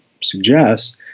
suggests